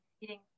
eating